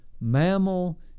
mammal